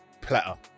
platter